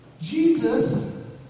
Jesus